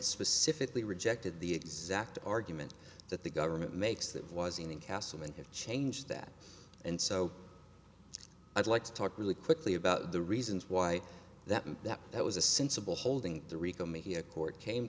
specifically rejected the exact argument that the government makes that was in the castle and have changed that and so i'd like to talk really quickly about the reasons why that and that that was a sensible holding the